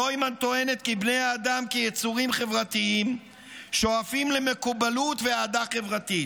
נוימן טוענת כי בני האדם כיצורים חברתיים שואפים למקובלות ואהדה חברתית.